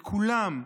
לכולם,